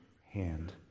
hand